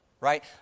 right